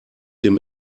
dem